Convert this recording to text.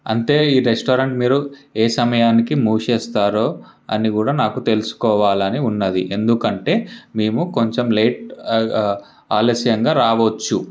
అంటే ఈ రెస్టారెంట్ మీరు ఏ సమయానికి మూసేస్తారు అని కూడా నాకు తెలుసుకోవాలి అని ఉన్నది ఎందుకంటే మేము కొంచం లేట్ ఆలస్యంగా రావచ్చు